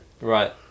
Right